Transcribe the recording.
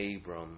Abram